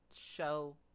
show